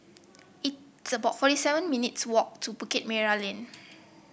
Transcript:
it's about forty seven minutes' walk to Bukit Merah Lane